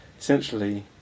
essentially